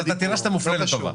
אז אתה תראה שאתה מופלה לטובה.